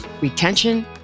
retention